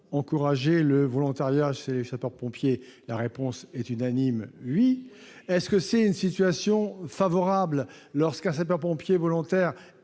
encourager le volontariat chez les sapeurs-pompiers ? La réponse est unanime : oui ! Est-ce une situation favorable lorsqu'un sapeur-pompier volontaire